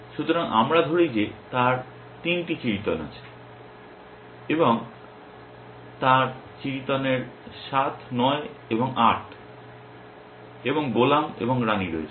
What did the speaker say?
সুতরাং আমরা ধরি যে তার 3 টি চিড়িতন আছে এবং তার চিড়িতনের 7 এবং 9 এবং 8 এবং গোলাম এবং রানী রয়েছে